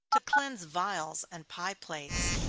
to cleanse vials and pie plates.